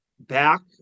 back